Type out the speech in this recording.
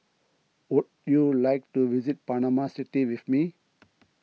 would you like to visit Panama City with me